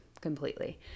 completely